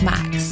Max